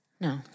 No